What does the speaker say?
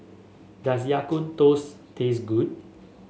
does Ya Kun toast taste good